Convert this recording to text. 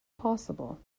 possible